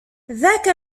ذاك